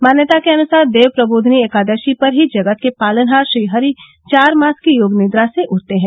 मान्यता के अनुसार देवप्रबोधिनी एकादशी पर ही जगत के पालनहार श्रीहरि चार मास की योग निद्रा से उठते हैं